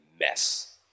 mess